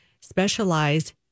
specialized